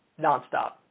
nonstop